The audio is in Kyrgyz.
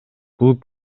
бул